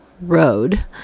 road